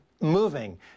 moving